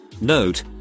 Note